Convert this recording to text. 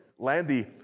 Landy